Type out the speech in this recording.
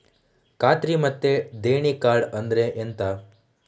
ಖಾತ್ರಿ ಮತ್ತೆ ದೇಣಿ ಕಾರ್ಡ್ ಅಂದ್ರೆ ಎಂತ?